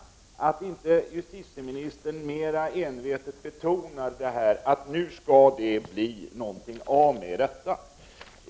Jag är förvånad över att justitieministern inte mer envetet betonar detta och säger: Nu skall det bli något av detta.